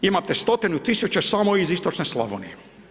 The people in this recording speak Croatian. Imate stotinu tisuća samo iz istočne Slavonije.